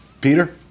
Peter